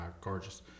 Gorgeous